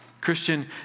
Christian